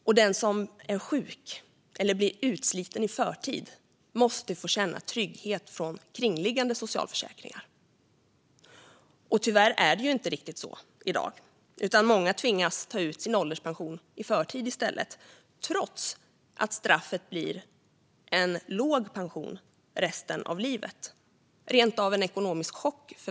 Och den som är sjuk eller blir utsliten i förtid måste få känna trygghet från kringliggande socialförsäkringar. Tyvärr är det inte riktigt så i dag, utan många tvingas ta ut sin ålderspension i förtid trots att straffet blir en låg pension resten av livet, rent av en ekonomisk chock.